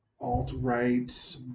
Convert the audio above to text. alt-right